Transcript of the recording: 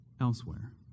elsewhere